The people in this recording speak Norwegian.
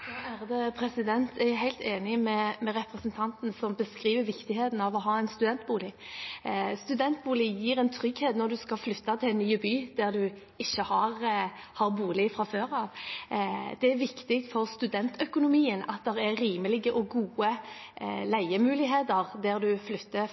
Jeg er helt enig med representanten, som beskriver viktigheten av å ha en studentbolig. Studentbolig gir en trygghet når en skal flytte til en ny by der en ikke har bolig fra før. Det er viktig for studentøkonomien at det er rimelige og gode